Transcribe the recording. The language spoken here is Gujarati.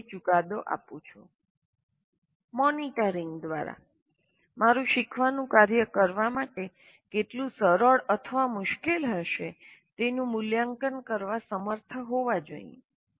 હું કોઈ ચુકાદો આપું છું મોનિટરિંગ દ્વારા મારું શીખવાનું કાર્ય કરવા માટે કેટલું સરળ અથવા મુશ્કેલ હશે તેનું મૂલ્યાંકન કરવામાં સમર્થ હોવા જોઈએ